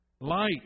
Light